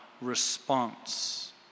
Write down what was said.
response